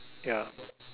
ya